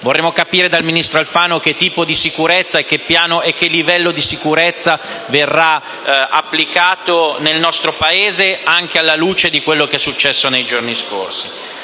Vorremmo capire dal ministro Alfano che tipo e che livello di sicurezza verranno applicati nel nostro Paese, anche alla luce di quanto accaduto nei giorni scorsi.